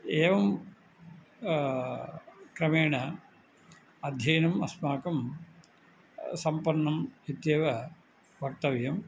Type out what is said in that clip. एवं क्रमेण अध्ययनम् अस्माकं सम्पन्नम् इत्येव वक्तव्यम्